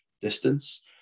distance